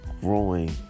growing